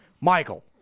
Michael